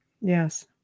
Yes